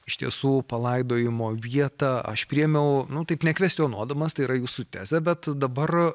iš tiesų palaidojimo vietą aš priėmiau nu taip nekvestionuodamas tai yra jūsų tezė bet dabar